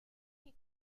est